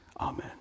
Amen